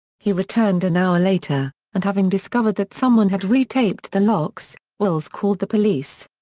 he returned an hour later, and having discovered that someone had retaped the locks, wills called the police.